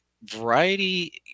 variety